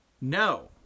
No